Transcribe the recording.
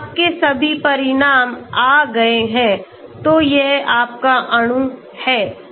तो आपके सभी परिणाम आ गए हैं तो यह आपका अणु है